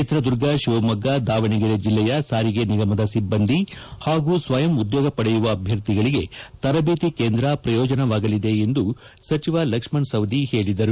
ಚಿತ್ರದುರ್ಗ ಶಿವಮೊಗ್ಗ ದಾವಣಗೆರೆ ಜಿಲ್ಲೆಯ ಸಾರಿಗೆ ನಿಗಮದ ಸಿಬ್ಬಂದಿ ಹಾಗೂ ಸ್ವಯಂ ಉದ್ಯೋಗ ಪಡೆಯುವ ಅಭ್ವರ್ಥಿಗಳಿಗೆ ತರಬೇತಿ ಕೇಂದ್ರ ಪ್ರಯೋಜನವಾಗಲಿದೆ ಎಂದು ಸಚಿವ ಲಕ್ಷ್ಣಣ ಸವದಿ ಹೇಳಿದರು